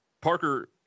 Parker